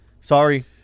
Sorry